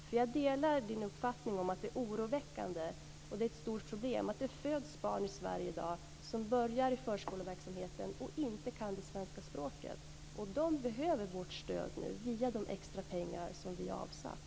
Jag delar Hillevi Larssons uppfattning att det är oroväckande och ett stort problem att det föds barn i Sverige i dag som börjar i förskoleverksamheten och som inte kan det svenska språket. De behöver vårt stöd nu via de extra pengar som vi har avsatt.